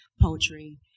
poetry